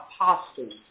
apostles